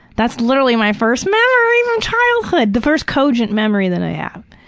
that's literally my first memory from childhood, the first cogent memory that i had.